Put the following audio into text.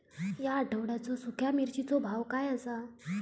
या आठवड्याचो सुख्या मिर्चीचो भाव काय आसा?